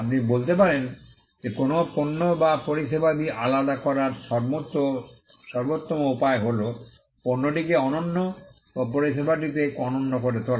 আপনি বলতে পারেন যে কোনও পণ্য বা পরিষেবা আলাদা করার সর্বোত্তম উপায় হল পণ্যটিকে অনন্য বা পরিষেবাটিকে অনন্য করে তোলা